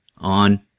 On